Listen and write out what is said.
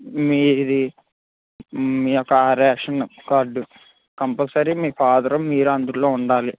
మీది మీ యొక్క ర్యాషన్ కార్డు కంపల్సరీ మీ ఫాదరు మీరు అందులో ఉండాలి